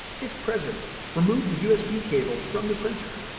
if present, remove the usb cable from the printer.